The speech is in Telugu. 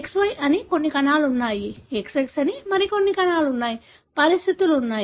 XY అని కొన్ని కణాలు ఉన్నాయి XX మరియు కొన్ని కణాలు ఉన్నాయి పరిస్థితులు ఉన్నాయి